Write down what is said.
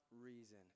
reason